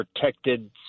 protected